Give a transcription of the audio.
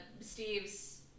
Steve's